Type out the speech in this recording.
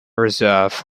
reserve